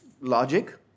logic